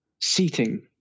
Seating